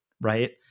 right